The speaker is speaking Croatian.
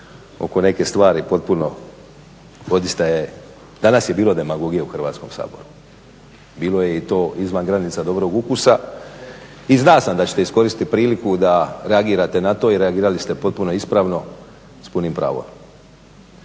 oko neke stvari potpuno odista je danas je bilo demagogije u Hrvatskom saboru, bilo je i to izvan granica dobrog ukusa i zna sam da ćete iskoristiti priliku da reagirate na to i reagirali ste potpuno ispravno s punim pravom.